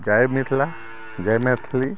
जय मिथिला जय मैथिली